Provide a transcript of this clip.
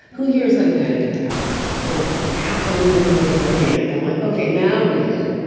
who here has had a panic attack? and like half the room raised their hand. i'm like, ok, now read it.